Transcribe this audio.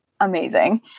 Amazing